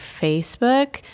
Facebook